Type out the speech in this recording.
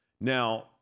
now